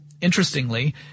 interestingly